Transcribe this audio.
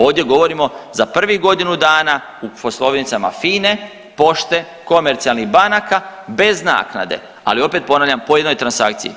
Ovdje govorimo za prvih godinu dana u poslovnicama FINA-e, pošte, komercijalnih banaka bez naknade, ali opet ponavljam po jednoj transakciji.